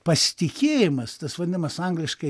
pasitikėjimas tas vadinamas angliškai